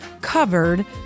covered